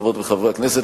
חברות וחברי הכנסת,